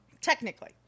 Technically